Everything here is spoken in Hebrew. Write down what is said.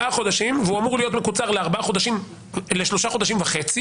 חודשים והוא אמור להיות מקוצר לשלושה וחצי